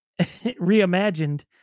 reimagined